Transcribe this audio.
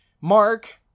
Mark